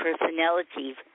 personalities